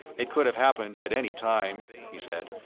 it could have happened at any time, he said,